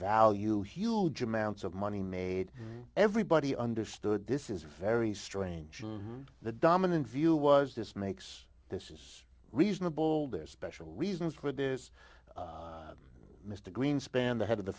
value huge amounts of money made everybody understood this is very strange and the dominant view was this makes this is reasonable there special reasons for it is mr greenspan the head of the